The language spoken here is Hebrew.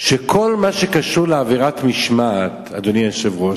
שכל מה שקשור לאווירת משמעת, אדוני היושב-ראש,